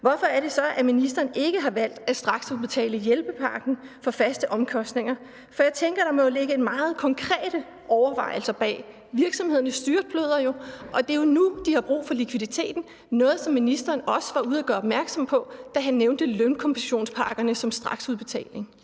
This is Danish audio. hvorfor er det så, at ministeren ikke har valgt at straksudbetale hjælpepakken for faste omkostninger? Jeg tænker, at der må ligge meget konkrete overvejelser bag. Virksomhederne styrtbløder jo, og det er nu, de har brug for likviditeten – noget, som ministeren også var ude at gøre opmærksom på, da han nævnte lønkompensationspakkerne som straksudbetaling.